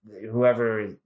whoever